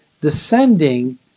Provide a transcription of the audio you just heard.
descending